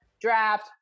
draft